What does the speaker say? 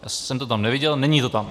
Já jsem to tam neviděl, není to tam.